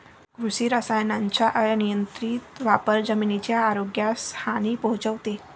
कृषी रसायनांचा अनियंत्रित वापर जमिनीच्या आरोग्यास हानी पोहोचवतो